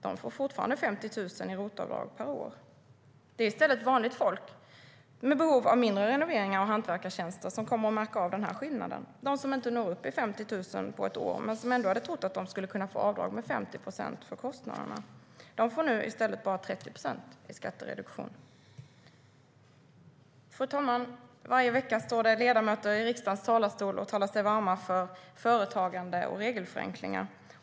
De får fortfarande 50 000 kronor i ROT-avdrag per år. Det är i stället vanligt folk, med behov av mindre renoveringar och hantverkartjänster, som kommer att märka av den här skillnaden. Det är de som inte når upp till 50 000 kronor på ett år men som ändå hade trott att de skulle kunna få avdrag med 50 procent för kostnaderna. De får nu i stället bara 30 procent i skattereduktion. Fru talman! Varje vecka står det ledamöter i riksdagens talarstol och talar sig varma för företagande och regelförenklingar.